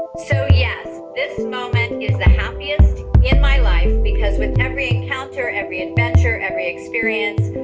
so, yes this moment is the happiest in my life because with every encounter, every adventure, every experience,